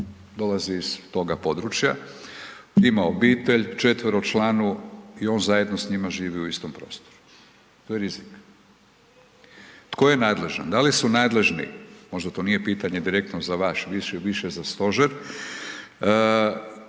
Dolazi iz toga područja, ima obitelj četveročlanu i on zajedno s njima živi u istom prostoru. To je rizik. Tko je nadležan? Da li su nadležni, možda to nije pitanje direktno za vas, više za stožer,